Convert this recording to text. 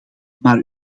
maar